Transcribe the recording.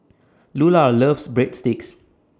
Lular loves Breadsticks